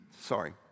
sorry